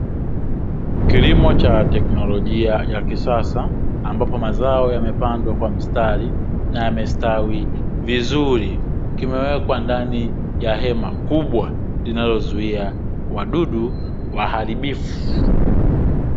Kilimo cha teknolojia ya kisasa ambapo mazao yamepandwa kwa mstari na yamestawi vizuri, kimewekwa ndani ya hema kubwa inayozuia wadudu waharibifu.